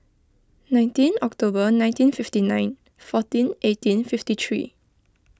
nineteen October nineteen fifty nine fourteen eighteen fifty three